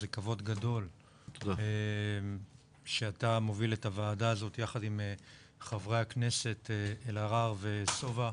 זה כבוד גדול שאתה מוביל את הוועדה הזאת יחד עם חברי הכנסת אלהרר וסובה,